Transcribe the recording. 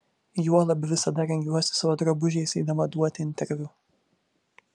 juolab visada rengiuosi savo drabužiais eidama duoti interviu